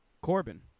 Corbin